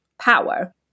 power